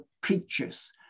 preachers